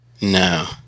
No